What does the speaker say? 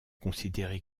considéré